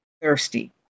thirsty